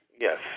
Yes